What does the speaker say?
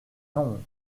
non